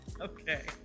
Okay